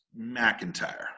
McIntyre